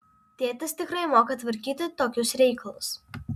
tėtis tikrai moka tvarkyti tokius reikalus